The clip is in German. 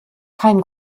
kein